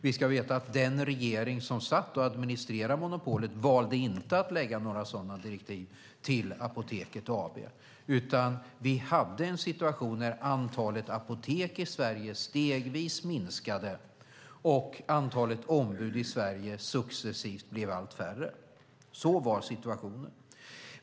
Vi ska veta att den regering som satt och administrerade monopolet inte valde att lägga fram några sådana direktiv till Apoteket AB, utan vi hade en situation där antalet apotek i Sverige stegvis minskade och antalet ombud i Sverige successivt blev allt färre. Så var situationen.